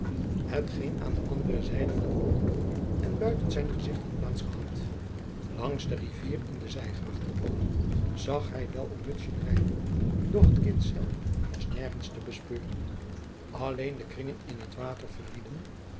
aan de andere zijde van den hoektoren en buiten zijn gezicht had plaats gehad langs de rivier in de zijgracht gekomen zag hij wel een mutsje drijven doch het kind zelf was nergens te bespeuren alleen de kringen in het water verrieden